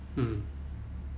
mm